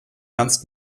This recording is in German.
ernst